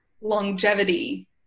longevity